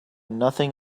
nothing